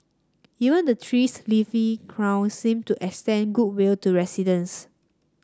even the tree's leafy crown seemed to extend goodwill to residents